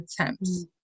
attempts